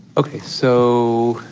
ok. so